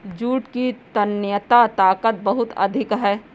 jute की तन्यता ताकत बहुत अधिक है